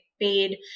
paid